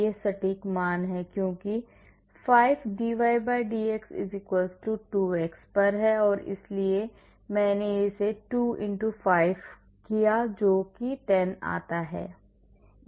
यह सटीक मान है क्योंकि 5 डाई dx 2x पर है इसलिए मैंने 2 5 डाला जो 10 पर आता है